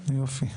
יופי.